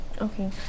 Okay